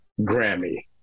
Grammy